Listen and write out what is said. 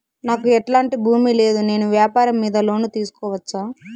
నాకు ఎట్లాంటి భూమి లేదు నేను వ్యాపారం మీద లోను తీసుకోవచ్చా?